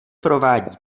provádí